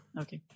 Okay